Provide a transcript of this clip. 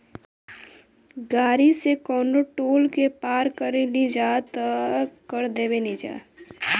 गाड़ी से कवनो टोल के पार करेनिजा त कर देबेनिजा